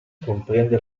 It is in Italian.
comprende